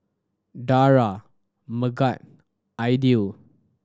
Dara Megat Aidil